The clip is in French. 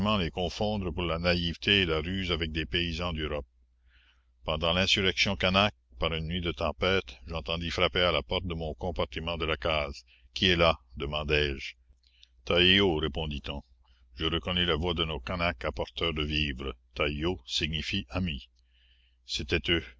les confondre pour la naïveté et la ruse avec des paysans d'europe pendant l'insurrection canaque par une nuit de tempête j'entendis frapper à la porte de mon compartiment de la case qui est là demandai-je taïau répondit-on je reconnus la voix de nos canaques apporteurs de vivres taïau signifie ami la commune c'étaient eux